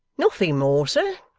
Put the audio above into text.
nothing more, sir'